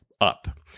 up